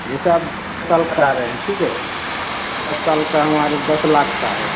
यह सब सब करा रहे हैं ठीक है दस साल का हमारे दस लाख का है